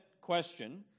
question